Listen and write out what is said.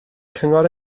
cyngor